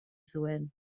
zuen